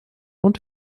und